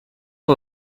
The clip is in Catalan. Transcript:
que